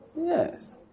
Yes